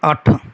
ਅੱਠ